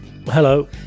Hello